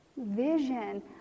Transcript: vision